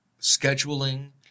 scheduling